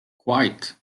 quite